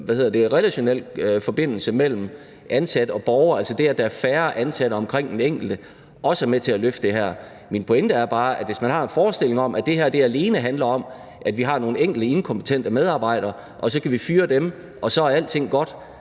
relationel forbindelse mellem ansat og borger, og at der er færre ansatte omkring den enkelte – også er med til at løfte det her. Min pointe er bare, at hvis man har en forestilling om, at det her alene handler om, at vi har nogle enkelte inkompetente medarbejdere, og at hvis vi fyrer dem, er alting godt,